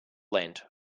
lent